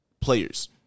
players